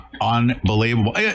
unbelievable